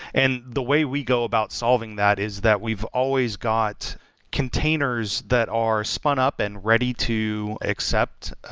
and the way we go about solving that is that we've always got containers that are spun up and ready to accept